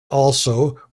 also